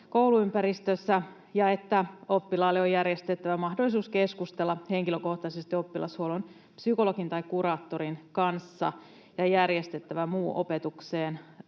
kouluympäristössä, ja oppilaalle on järjestettävä mahdollisuus keskustella henkilökohtaisesti oppilashuollon psykologin tai kuraattorin kanssa ja järjestettävä muu hänen opetukseen